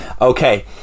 Okay